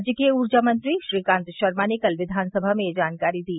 राज्य के ऊर्जा मंत्री श्रीकांत शर्मा ने कल विधानसभा में यह जानकारी दी